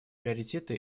приоритеты